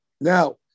Now